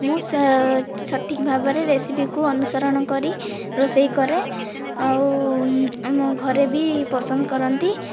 ମୁଁ ସଠିକ୍ ଭାବରେ ରେସିପିକୁ ଅନୁସରଣ କରି ରୋଷେଇ କରେ ଆଉ ଆମ ଘରେ ବି ପସନ୍ଦ କରନ୍ତି